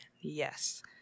Yes